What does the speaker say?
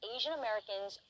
Asian-Americans